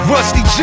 Rusty